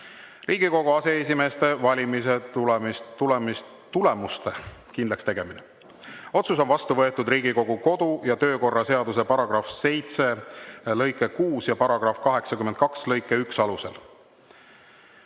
"Riigikogu aseesimeeste valimise tulemuste kindlakstegemine. Otsus on vastu võetud Riigikogu kodu- ja töökorra seaduse § 7 lõike 6 ja § 82 lõike 1 alusel.